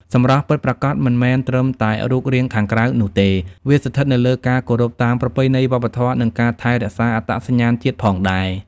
សម្រស់ពិតប្រាកដមិនមែនត្រឹមតែរូបរាងខាងក្រៅនោះទេ វាស្ថិតនៅលើការគោរពតាមប្រពៃណីវប្បធម៌និងការថែរក្សាអត្តសញ្ញាណជាតិផងដែរ។